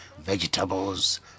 vegetables